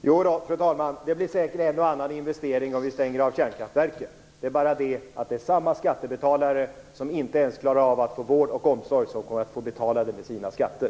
Fru talman! Jodå, det blir säkert en och annan investering om vi stänger av kärnkraftverken. Det är bara det att samma skattebetalare som inte ens kan få vård och omsorg kommer att få betala det med sina skatter.